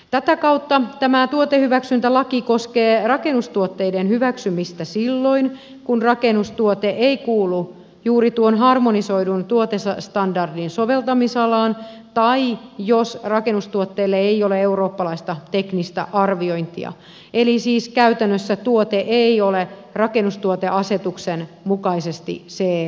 tätä kautta tämä tuotehyväksyntälaki koskee rakennustuotteiden hyväksymistä silloin kun rakennustuote ei kuulu juuri tuon harmonisoidun tuotestandardin soveltamisalaan tai jos rakennustuotteelle ei ole eurooppalaista teknistä arviointia eli siis käytännössä tuote ei ole rakennustuoteasetuksen mukaisesti ce merkittävissä